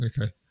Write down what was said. okay